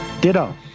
Ditto